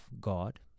God